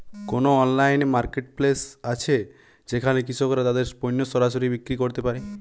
কোন online marketplace আছে যেখানে কৃষকরা তাদের পণ্য সরাসরি বিক্রি করতে পারে?